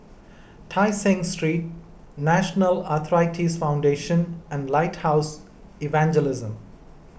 Tai Seng Street National Arthritis Foundation and Lighthouse Evangelism